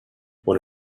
when